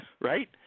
Right